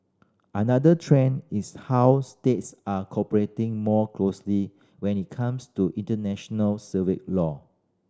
another trend is how states are cooperating more closely when it comes to international civil law